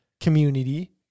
Community